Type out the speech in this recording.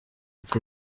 uko